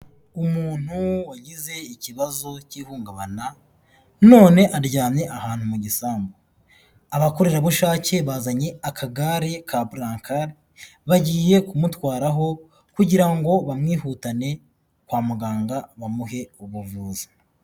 Umuntu wagize ikibazo cy'ihungabana, none aryamye ahantu mu gisambu. Abakorerabushake bazanye akagare ka burankari, bagiye kumutwaraho kugira ngo bamwihutane kwa muganga, bamuhe ubuvuzi.